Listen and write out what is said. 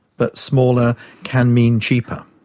but smaller can mean cheaper.